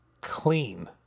clean